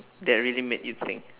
that really made you think